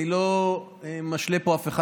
אני לא משלה פה אף אחד,